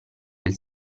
del